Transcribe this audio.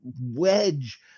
wedge